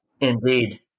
Indeed